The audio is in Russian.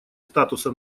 статуса